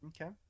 Okay